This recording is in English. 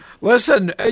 Listen